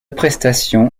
prestation